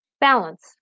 balance